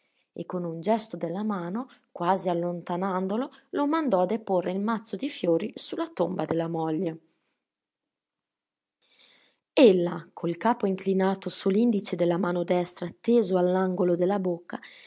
e con un gesto della mano quasi allontanandolo lo mandò a deporre il mazzo di fiori su la tomba della moglie ella col capo inclinato su l'indice della mano destra teso all'angolo della bocca